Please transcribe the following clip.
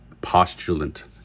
postulant